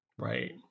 Right